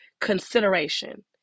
consideration